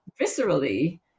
viscerally